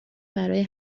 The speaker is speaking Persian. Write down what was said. برای